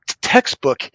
textbook